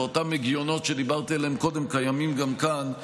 ואותם הגיונות שדיברתי עליהם קודם קיימים גם כאן,